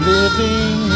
Living